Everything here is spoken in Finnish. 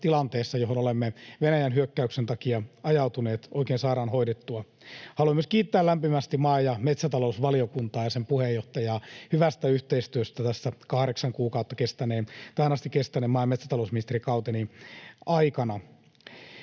tilanteessa, johon olemme Venäjän hyökkäyksen takia ajautuneet, oikein saadaan hoidettua. Haluan myös kiittää lämpimästi maa‑ ja metsätalousvaliokuntaa ja sen puheenjohtajaa hyvästä yhteistyöstä tähän asti kahdeksan kuukautta kestäneen maa‑ ja metsätalousministerikauteni aikana.